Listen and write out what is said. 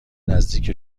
نزدیک